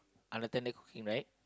unattended cooking right